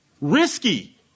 risky